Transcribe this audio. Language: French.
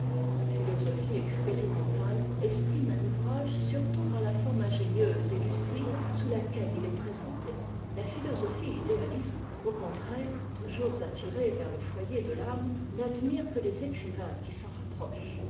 la philosophie expérimentale estime un ouvrage surtout par la forme ingénieuse et lucide sous laquelle il est présenté la philosophie idéaliste au contraire toujours attirée vers le foyer de l'âme n'admire que tes écrivains qui s'en rapprochent